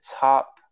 top